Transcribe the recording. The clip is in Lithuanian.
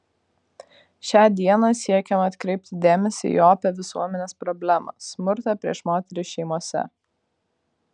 šia diena siekiama atkreipti dėmesį į opią visuomenės problemą smurtą prieš moteris šeimose